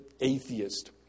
atheist